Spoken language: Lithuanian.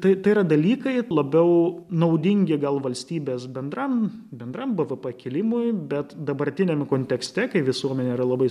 tai tai yra dalykai labiau naudingi gal valstybės bendram bendram bvp kėlimui bet dabartiniame kontekste kai visuomenė yra labai